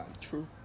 True